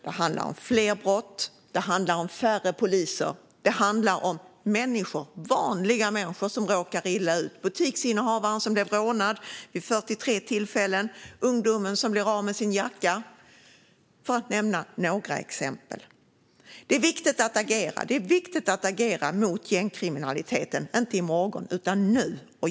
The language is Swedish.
Det handlar om fler brott, färre poliser och vanliga människor som råkar illa ut: butiksinnehavaren som blev rånad vid 43 tillfällen och ungdomen som blev av med sin jacka, för att nämna några exempel. Det är viktigt att agera mot gängkriminaliteten, inte i morgon utan nu.